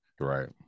right